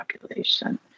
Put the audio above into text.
population